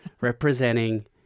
representing